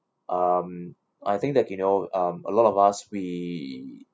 um I think that you know um a lot of us we